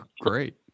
great